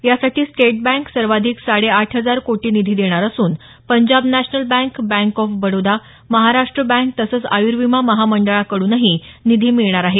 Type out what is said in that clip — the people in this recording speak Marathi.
यासाठी स्टेट बँक सर्वाधिक साडे आठ हजार कोटी निधी देणार असून Punjab national bank bank of Baroda Maharashtra bank तसंच आयुर्विमा महामंडळाकडूनही निधी मिळणार आहे